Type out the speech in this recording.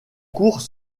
cours